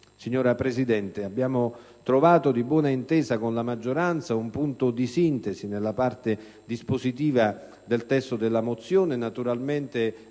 Signor Presidente, abbiamo trovato, di buona intesa con la maggioranza, un punto di sintesi nella parte dispositiva del testo della mozione, naturalmente